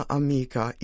amica